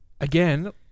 Again